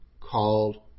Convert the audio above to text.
called